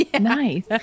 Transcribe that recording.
Nice